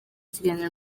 ikiganiro